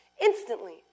Instantly